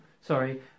sorry